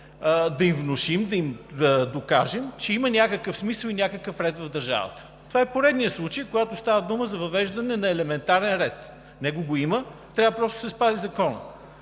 да им внушим, да им докажем, че има някакъв смисъл и има някакъв ред в държавата. Това е поредният случай, когато става дума за въвеждане на елементарен ред. Него го има, трябва просто да се спази законът.